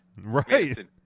Right